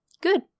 Good